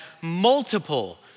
multiple